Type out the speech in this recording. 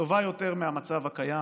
טובה יותר מהמצב הקיים,